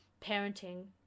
parenting